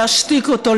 להשתיק אותו,